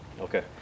Okay